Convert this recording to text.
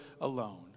alone